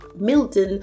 Milton